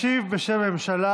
ישיב בשם הממשלה